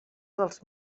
dels